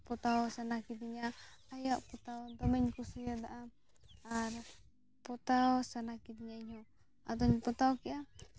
ᱯᱚᱛᱟᱣ ᱥᱟᱱᱟ ᱠᱤᱫᱤᱧᱟ ᱟᱭᱟᱜ ᱯᱚᱛᱟᱣ ᱫᱚᱢᱮᱧ ᱠᱩᱥᱤᱭᱟᱫᱼᱟ ᱟᱨ ᱯᱚᱛᱟᱣ ᱥᱟᱱᱟ ᱠᱤᱫᱤᱧᱟ ᱤᱧᱦᱚᱸ ᱟᱫᱚᱧ ᱯᱚᱛᱟᱣ ᱠᱮᱫᱟ